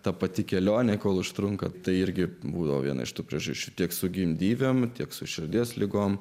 ta pati kelionė kol užtrunka tai irgi būdavo viena iš tų priežasčių tiek su gimdyvėms tiek su širdies ligom